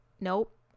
nope